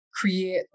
create